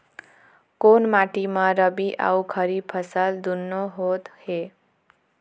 कोन माटी म रबी अऊ खरीफ फसल दूनों होत हे?